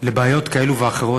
בעיות כאלה ואחרות